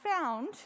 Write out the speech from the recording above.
found